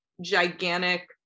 gigantic